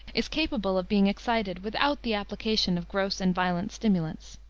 is capable of being excited without the application of gross and violent stimulants.